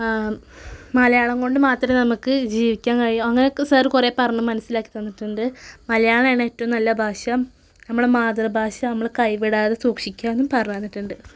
മലയാളം കൊണ്ട് മാത്രം നമുക്ക് ജീവിക്കാന് കഴിയും അങ്ങനെ ഒക്കെ സാറ് കുറെ പറഞ്ഞ് മനസ്സിലാക്കി തന്നിട്ടുണ്ട് മലയാളാണ് ഏറ്റവും നല്ല ഭാഷ നമ്മുടെ മാതൃഭാഷ നമ്മള് കൈവിടാതെ സൂക്ഷിക്കാനും പറഞ്ഞ് തന്നിട്ടുണ്ട്